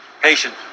patient